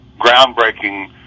groundbreaking